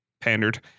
pandered